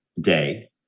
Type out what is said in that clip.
day